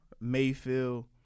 mayfield